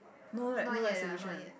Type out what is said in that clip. no leh no exhibition